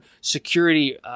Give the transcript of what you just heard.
security